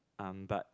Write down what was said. um but